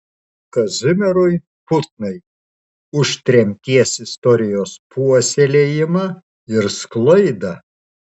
kazimierui putnai už tremties istorijos puoselėjimą ir sklaidą